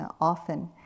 often